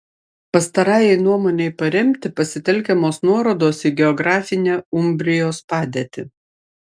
pastarajai nuomonei paremti pasitelkiamos nuorodos į geografinę umbrijos padėtį